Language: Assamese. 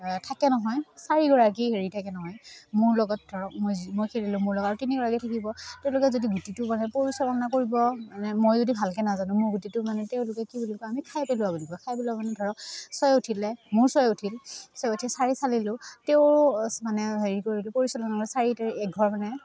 থাকে নহয় চাৰিগৰাকী হেৰি থাকে নহয় মোৰ লগত ধৰক মই যি মই খেলিলোঁ মোৰ লগত আৰু তিনিগৰাকী থাকিব তেওঁলোকে যদি গুটিটো মানে পৰিচালনা কৰিব মানে মই যদি ভালকৈ নাজানোঁ মোৰ গুটিটো মানে তেওঁলোকে কি বুলি কয় আমি খাই পেলোৱা বুলি কওঁ খাই পেলোৱা মানে ধৰক ছয় উঠিলে মোৰ ছয় উঠিল ছয় উঠি চাৰি চালিলোঁ তেওঁৰ মানে হেৰি কৰিলোঁ পৰিচালনা চাৰিত এঘৰ মানে